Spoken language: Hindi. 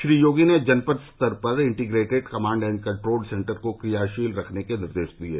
श्री योगी ने जनपद स्तर पर integrated command and control centre को क्रियाशील रखने के निर्देश भी दिये